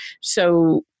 So-